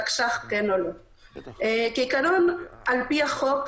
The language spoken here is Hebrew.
על פי החוק,